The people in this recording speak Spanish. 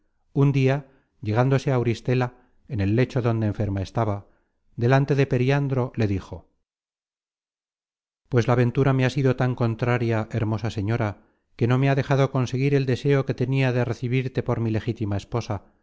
un dia llegándose á auristela en el lecho donde enferma estaba delante de periandro le dijo pues la ventura me ha sido tan contraria hermosa señora que no me ha dejado conseguir el deseo que tenia de recebirte por mi legítima esposa